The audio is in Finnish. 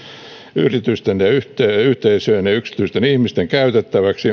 yritysten ja yhteisöjen ja yhteisöjen ja yksityisten ihmisten käytettäväksi